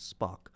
Spock